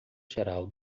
geral